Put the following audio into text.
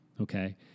Okay